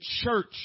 church